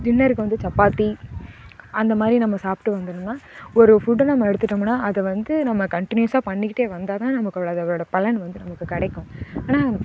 டின்னருக்கு வந்து சப்பாத்தி அந்த மாதிரி நம்ம சாப்பிட்டு வந்தோம்னால் ஒரு ஃபுட்டு நம்ம எடுத்துட்டோம்னா அதை வந்து நம்ம கன்டினியூஸாக பண்ணிக்கிட்டே வந்தால் தான் நமக்கு அதோடய பலன் வந்து நமக்கு கிடைக்கும் ஆனா